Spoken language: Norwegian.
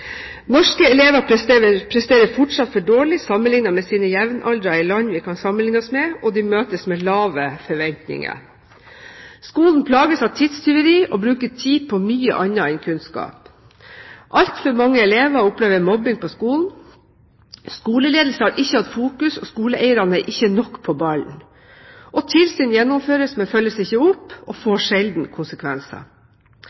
Norske elever presterer fortsatt for dårlig sammenlignet med sine jevnaldrende i land vi kan sammenligne oss med, og de møtes med lave forventninger. Skolen plages av tidstyveri og bruker tid på mye annet enn kunnskap. Altfor mange elever opplever mobbing på skolen. Skoleledelse har ikke hatt fokus, og skoleeierne er ikke nok på ballen. Tilsyn gjennomføres, men følges ikke opp, og